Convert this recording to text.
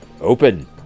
open